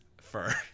fur